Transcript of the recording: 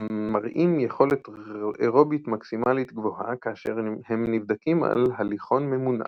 מראים יכולת אירובית מקסימלית גבוהה כאשר הם נבדקים על הליכון ממונע.